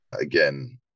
again